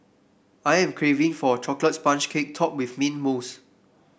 I am craving for a chocolate sponge cake topped with mint mousse